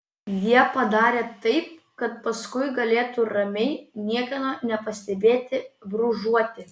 jie padarė taip kad paskui galėtų ramiai niekieno nepastebėti brūžuoti